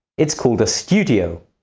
it's called a studio.